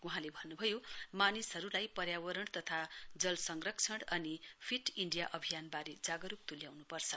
वहाँले भन्नुभयो मानिसहरूलाई पर्यावरण तथा जल संरक्षण अनि फिट इण्डिया अभियानबारे जागरूक तुल्याउन् पर्छ